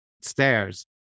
stairs